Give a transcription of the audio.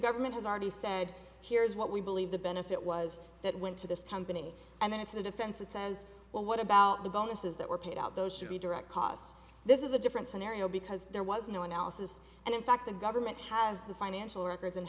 government has already said here's what we believe the benefit was that went to this company and then it's the defense that says well what about the bonuses that were paid out those should be direct costs this is a different scenario because there was no analysis and in fact the government has the financial records and